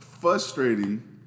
frustrating